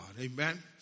Amen